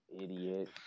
idiot